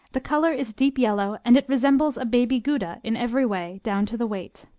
the color is deep yellow and it resembles a baby gouda in every way, down to the weight